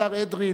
השר אדרי,